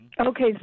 Okay